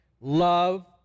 love